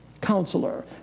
counselor